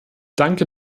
danke